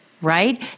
right